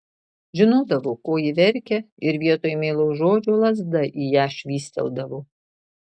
žinodavo ko ji verkia ir vietoj meilaus žodžio lazda į ją švystelėdavo